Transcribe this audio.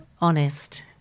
Honest